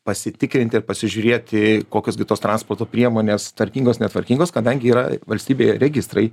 pasitikrinti ir pasižiūrėti kokios gi tos transporto priemonės tvarkingos netvarkingos kadangi yra valstybėj registrai